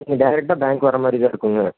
நீங்கள் டேரக்ட்டாக பேங்க் வரமாதிரி தான் இருக்கும்ங்க